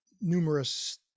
numerous